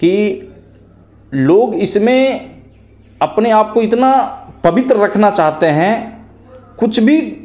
कि लोग इसमें अपने आप को इतना पवित्र रखना चाहते हैं कुछ भी